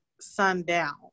sundown